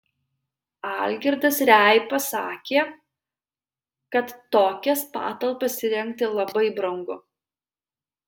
algirdas reipa sakė kad tokias patalpas įrengti labai brangu